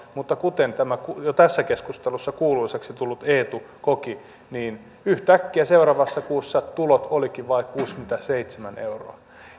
mutta kuten tämä jo tässä keskustelussa kuuluisaksi tullut eetu koki niin yhtäkkiä seuraavassa kuussa tulot olivatkin vain kuusikymmentäseitsemän euroa